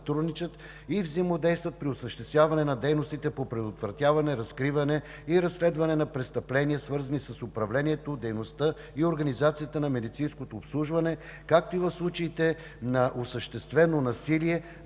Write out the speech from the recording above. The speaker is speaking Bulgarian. и взаимодействат при осъществяване на дейностите по предотвратяване, разкриване и разследване на престъпления, свързани с управлението, дейността и организацията на медицинското обслужване, както и в случаите на осъществено насилие